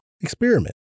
experiment